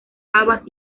habas